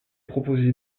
proposé